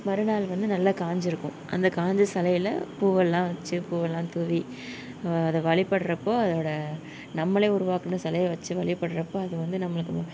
மறு நாள் வந்து நல்லா காஞ்சிருக்கும் அந்த காஞ்ச சிலையில பூவெல்லாம் வச்சி பூவெல்லாம் தூவி அதை வழிப்படுகிறப்போ அதோடு நம்ம உருவாக்கின சிலைய வச்சி வழிப்படுகிறப்ப அது வந்து நம்மளுக்கு